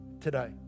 today